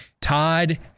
Todd